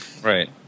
right